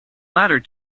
latter